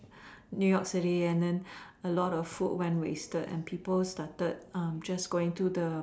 New York city and then a lot of food went wasted and people started um just to go to the